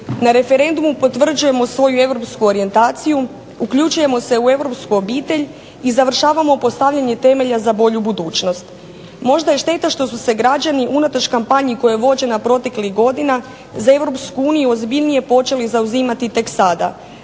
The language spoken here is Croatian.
Na referendumu potvrđujemo svoju europsku orijentaciju uključujemo se u europsku obitelj i završavamo postavljanje temelja za bolju budućnost. Možda je štete što su se građani unatoč kampanji koja je vođena proteklih godina za EU ozbiljnije počeli zauzimati tek sada.